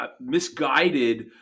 misguided